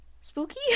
Spooky